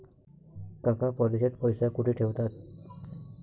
काका परदेशात पैसा कुठे ठेवतात?